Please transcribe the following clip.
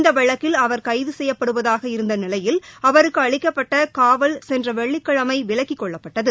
இந்த வழக்கில் அவர் கைது செய்யப்படுவதாக இருந்த நிலையில் அவருக்கு அளிக்கப்பட்ட காவல் சென்ற வெள்ளிக்கிழமை விலக்கிக் கொள்ளப்பட்டது